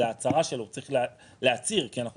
זו ההצהרה שלו הוא צריך להצהיר כי אנחנו